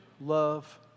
love